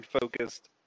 focused